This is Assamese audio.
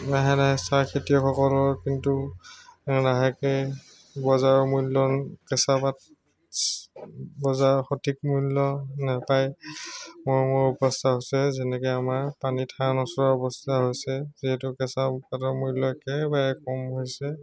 লাহে লাহে চাহ খেতিয়কসকলৰ কিন্তু লাহেকৈ বজাৰৰ মূল্য কেঁচাপাত বজাৰৰ সঠিক মূল্য নাপায় মৰো মৰো অৱস্থা হৈছে যেনেকৈ আমাৰ পানীত হাঁহ নচৰা অৱস্থা হৈছে যিহেতু কেঁচাপাতৰ মূল্য একেবাৰে কম হৈছে